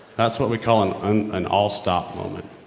that's what we call, an, an an all-stop moment.